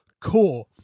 core